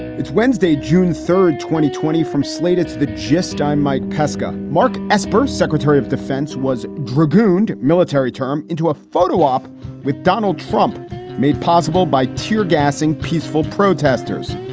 it's wednesday, june third, twenty twenty from slate, it's the gist. i'm mike pesca. mark esper, secretary of defense, was dragooned military term into a photo op with donald trump made possible by tear gassing peaceful protesters.